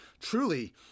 truly